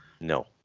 No